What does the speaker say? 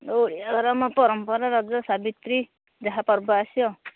ଓଡ଼ିଆ ଘରର ଆମ ପରମ୍ପରା ରଜ ସାବିତ୍ରୀ ଯାହା ପର୍ବ ଆସିବ